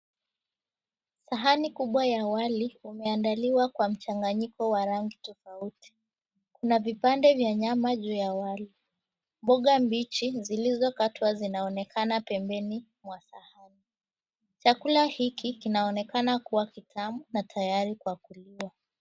Sahani kubwa ya wali umeandaliwa kwa mchanganyiko wa rangi tofauti. Kuna vipande vya nyama juu ya wali. Mboga mbichi zilizokatwa zinaonekana pembeni mwa sahani. Chakula hiki kinaonekana kuwa kitamu na tayari kwa kuliwa.